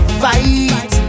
fight